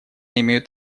имеют